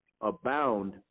abound